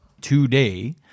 today